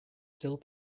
still